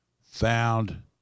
found